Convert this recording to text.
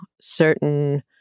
certain